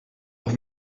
auch